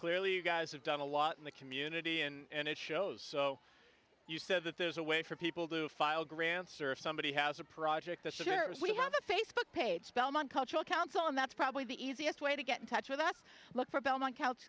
clearly you guys have done a lot in the community and it shows so you said that there's a way for people to file grants or if somebody has a project to share if we have a facebook page spelman cultural council and that's probably the easiest way to get in touch with us look for belmont coutts